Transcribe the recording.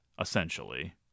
essentially